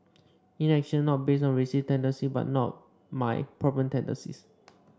inaction not based on racist tendencies but not my problem tendencies